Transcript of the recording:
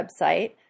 website